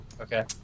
Okay